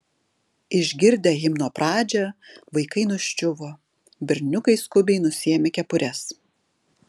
išgirdę himno pradžią vaikai nuščiuvo berniukai skubiai nusiėmė kepures